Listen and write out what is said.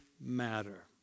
matter